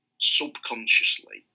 subconsciously